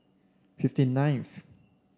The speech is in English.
fifty ninth